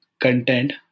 content